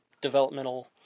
developmental